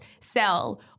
sell